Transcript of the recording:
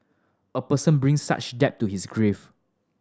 a person brings such debt to his grave